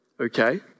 okay